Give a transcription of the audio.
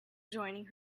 joining